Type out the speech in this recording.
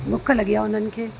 बुख लॻी आहे उन्हनि खे